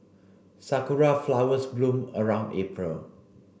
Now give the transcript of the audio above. sakura flowers bloom around April